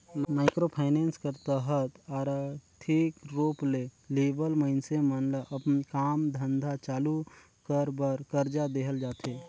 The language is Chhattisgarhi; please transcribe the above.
माइक्रो फाइनेंस कर तहत आरथिक रूप ले लिबल मइनसे मन ल अपन काम धंधा चालू कर बर करजा देहल जाथे